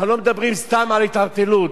אנחנו לא מדברים סתם על התערטלות,